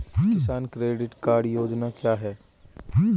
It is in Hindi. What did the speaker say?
किसान क्रेडिट कार्ड योजना क्या है?